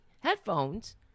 headphones